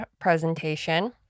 presentation